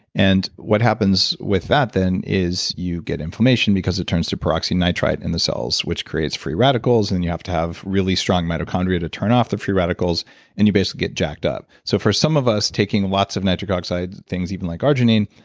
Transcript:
and what happens with that then is you get inflammation because it turns to peroxynitrite in the cells which creates free radicals and you have to have really strong mitochondria to turn off the free radicals and you basically get jacked up. so for some of us taking lots of nitric oxide, things like arginine,